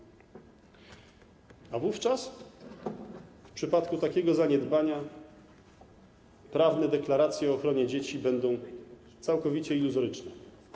Wówczas, w przypadku takiego zaniedbania, prawne deklaracje o ochronie dzieci będą całkowicie iluzoryczne.